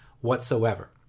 whatsoever